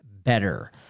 better